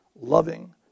loving